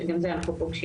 גם את זה אנחנו פוגשים.